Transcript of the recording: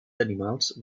animals